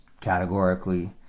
categorically